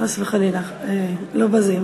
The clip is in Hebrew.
חס וחלילה, לא בזים.